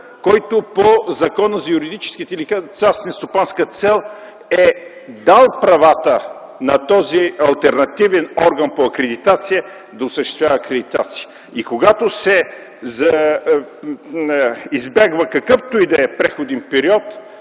който по Закона за юридическите лица с нестопанска цел е дал правата на този алтернативен орган по акредитация да осъществява тази дейност. Когато се избягва какъвто и да е преходен период,